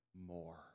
more